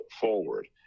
forward